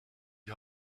die